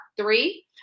three